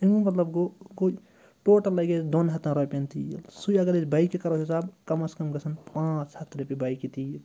اَمیُک مطلب گوٚو گوٚو ٹوٹَل لَگہِ اَسہِ دۄن ہَتَن رۄپیَن تیٖل سُے اگر أسۍ بایکہِ کَرو حِساب کَم آز کَم گژھن پانٛژھ ہَتھ رۄپیہِ بایکہِ تیٖل